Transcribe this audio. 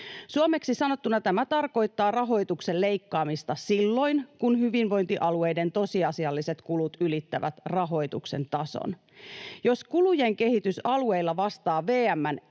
Suomeksi sanottuna tämä tarkoittaa rahoituksen leikkaamista silloin, kun hyvinvointialueiden tosiasialliset kulut ylittävät rahoituksen tason. Jos kulujen kehitys alueilla vastaa VM:n